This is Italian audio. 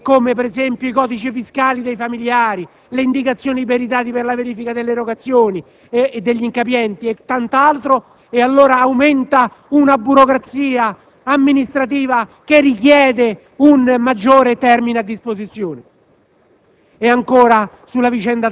a carico dei soggetti come, per esempio, i codici fiscali dei familiari, le indicazioni dei dati per la verifica dell'erogazione del *bonus* degli incapienti e altro. Aumenta una burocrazia amministrativa che richiede un maggiore termine a disposizione.